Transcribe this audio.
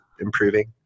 improving